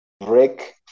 break